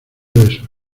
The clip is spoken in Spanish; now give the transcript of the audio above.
besos